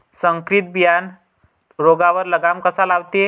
संकरीत बियानं रोगावर लगाम कसा लावते?